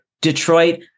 Detroit